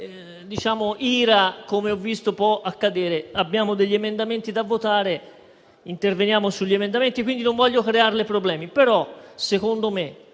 tipo di ira, come ho visto che può accadere. Abbiamo degli emendamenti da votare, interverremo su quelli, quindi non voglio crearle problemi.